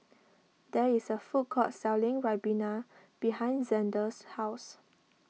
there is a food court selling Ribena behind Zander's house